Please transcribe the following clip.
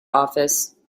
office